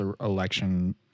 election